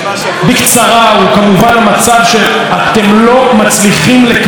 הוא כמובן המצב שאתם לא מצליחים לקבל מאז